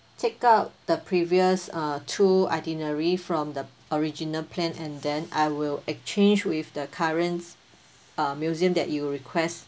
take out the previous uh two itinerary from the original plan and then I will exchange with the current uh museum that you request